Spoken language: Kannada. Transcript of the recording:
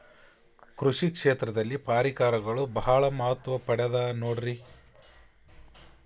ಕೃಷಿ ಕ್ಷೇತ್ರದಲ್ಲಿ ಪರಿಕರಗಳು ಬಹಳ ಮಹತ್ವ ಪಡೆದ ನೋಡ್ರಿ?